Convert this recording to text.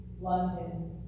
London